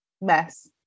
Mess